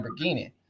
Lamborghini